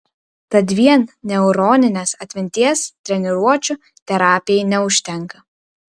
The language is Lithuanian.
tad vien neuroninės atminties treniruočių terapijai neužtenka